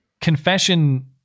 confession